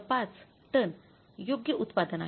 5 ton योग्य उत्पादन आहे